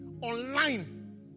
online